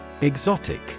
Exotic